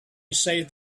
saved